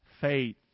Faith